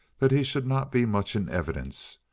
that he should not be much in evidence.